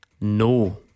No